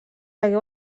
hagué